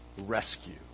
rescue